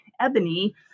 Ebony